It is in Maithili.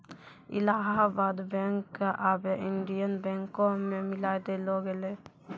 इलाहाबाद बैंक क आबै इंडियन बैंको मे मिलाय देलो गेलै